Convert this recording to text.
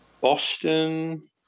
Boston